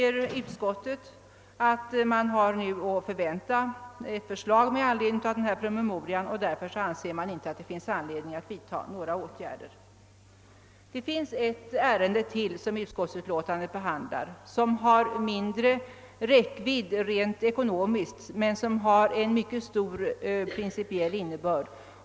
Utskottsmajoriteten säger att vi kan vänta ett förslag med anledning av promemorian och anser därför att det inte finns anledning att vidta några åtgärder. Ytterligare ett ärende behandlas i utskottsutlåtandet. Det har mindre räckvidd rent ekonomiskt men mycket stor principiell betydelse.